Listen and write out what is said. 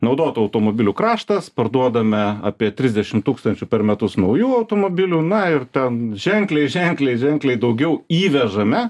naudotų automobilių kraštas parduodame apie trisdešimt tūkstančių per metus naujų automobilių na ir ten ženkliai ženkliai ženkliai daugiau įvežame